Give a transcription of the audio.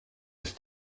ist